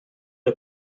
the